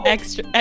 Extra